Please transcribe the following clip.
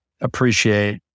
appreciate